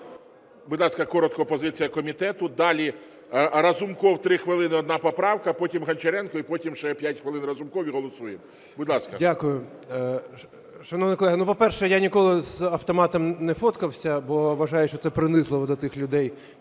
Дякую. Шановні колеги, по-перше, я ніколи з автоматом не фоткався, бо вважаю, що це принизливо для тих людей,